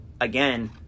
again